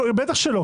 בטח שלא,